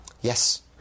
Yes